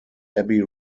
abbey